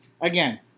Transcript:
Again